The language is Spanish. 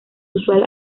usual